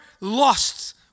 lost